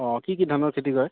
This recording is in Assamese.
অঁ কি কি ধানৰ খেতি কৰে